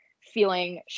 feeling